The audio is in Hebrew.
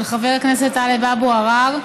של חבר הכנסת טלב אבו עראר,